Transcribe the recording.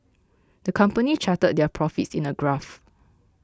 the company charted their profits in a graph